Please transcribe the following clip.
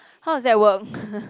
how does that work